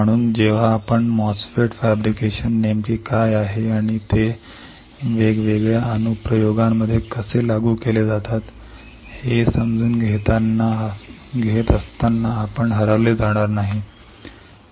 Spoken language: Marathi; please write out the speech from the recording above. म्हणून जेव्हा आपण MOSFETs फॅब्रिकेशन नेमके काय आहे आणि ते वेगवेगळ्या अनुप्रयोगांमध्ये कसे लागू केले जातात हे समजून घेत असताना आपण विसरले नाही पाहिजे